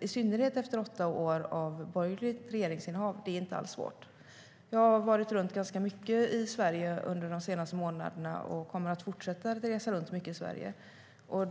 i synnerhet efter åtta år av borgerligt regeringsinnehav, är inte alls svårt. Jag har varit runt ganska mycket i Sverige under de senaste månaderna och kommer att fortsätta att resa runt mycket i Sverige.